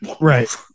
Right